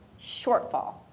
shortfall